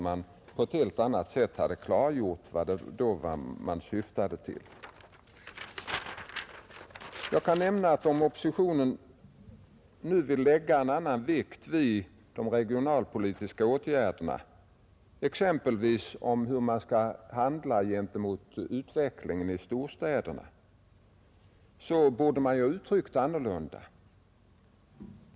Man borde ha klargjort vad man syftade till. Om oppositionen vill lägga en annan vikt på de regionalpolitiska åtgärderna, exempelvis på hur man skall handla i fråga om utvecklingen i storstäderna, borde man ha uttryckt det annorlunda.